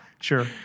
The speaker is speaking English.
sure